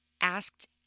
asked